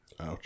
Ouch